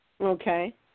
Okay